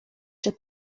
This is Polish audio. czy